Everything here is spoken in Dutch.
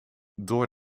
door